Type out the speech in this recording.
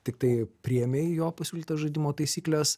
tiktai priėmei jo pasiūlytas žaidimo taisykles